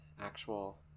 actual